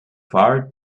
far